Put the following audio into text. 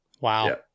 Wow